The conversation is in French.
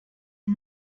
est